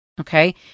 Okay